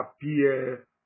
appear